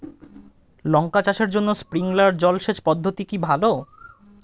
লঙ্কা চাষের জন্য স্প্রিংলার জল সেচ পদ্ধতি কি ভালো?